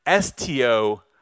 STO